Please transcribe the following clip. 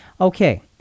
Okay